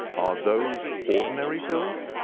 those ordinary pills?